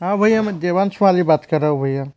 हाँ भय्या मैं देवांश माली बात कर रहा हूँ भय्या